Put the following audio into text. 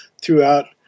throughout